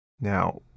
Now